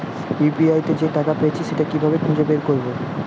UPI তে যে টাকা পেয়েছি সেটা কিভাবে খুঁজে বের করবো?